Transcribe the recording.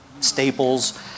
staples